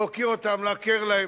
להקל עליהם,